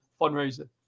fundraiser